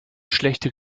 schlechte